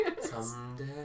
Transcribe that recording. Someday